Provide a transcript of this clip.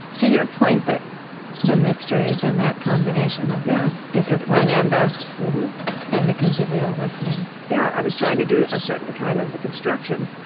to your point that the mystery is in that combination of discipline and and the convivial listening yeah, i was trying to do a certain kind of construction.